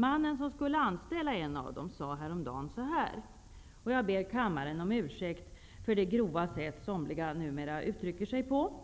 Mannen som skulle anställa en av dem sade häromdagen så här -- jag ber kammaren om ursäkt för det grova sätt som somliga numera uttrycker sig på: